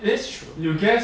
that's true